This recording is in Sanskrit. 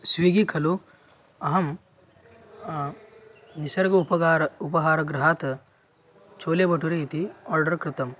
स्विग्गी खलु अहं निसर्ग उपगारः उपहारगृहात् चोलेबटुरे इति आर्डर् कृतम्